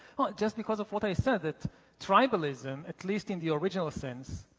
just because of what i said, that tribalism, at least in the original sense,